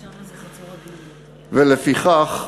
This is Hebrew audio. ולפיכך,